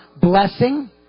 blessing